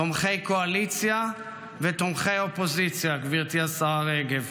תומכי קואליציה ותומכי האופוזיציה, גברתי השרה רגב,